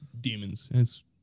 demons